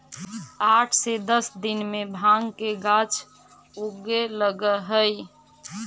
आठ से दस दिन में भाँग के गाछ उगे लगऽ हइ